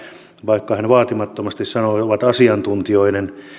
vaikka hän vaatimattomasti sanoi että nämä luvut täällä ovat asiantuntijoiden